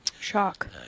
Shock